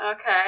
Okay